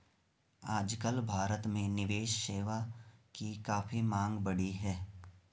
आजकल भारत में निवेश सेवा की काफी मांग बढ़ी है